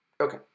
Okay